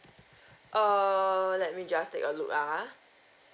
err let me just take a look ah